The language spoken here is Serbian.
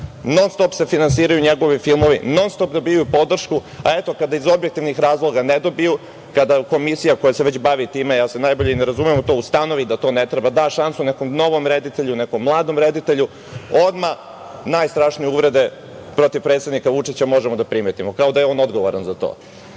non stop se finansiraju njegovi filmovi i non stop dobijaju podršku, a kada iz objektivnih razloga ne dobiju, kada komisija koja se bavi time, a ja se najbolje ne razumem u to, ustanovi i da šansu nekom novom reditelju, nekom mladom reditelju, odmah najstrašnije uvrede protiv predsednika Vučića možemo da primetimo, kao da je on odgovoran za